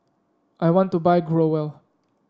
I want to buy Growell